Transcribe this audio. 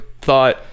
thought